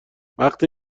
وقتی